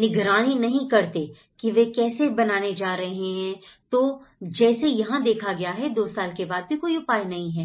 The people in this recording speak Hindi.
निगरानी नहीं करते की वे कैसे बनाने जा रहे हैं तो जैसे यहां देखा गया दो साल के बाद भी कोई उपाय नहीं है